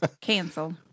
canceled